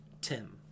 Tim